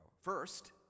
First